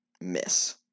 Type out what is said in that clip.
miss